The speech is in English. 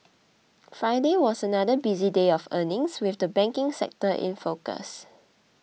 Friday was another busy day of earnings with the banking sector in focus